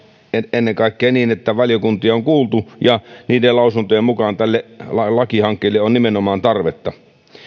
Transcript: ennen kaikkea niin että valiokuntia on kuultu ja niiden lausuntojen mukaan tälle lakihankkeelle nimenomaan on tarvetta